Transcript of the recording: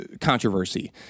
controversy